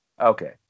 Okay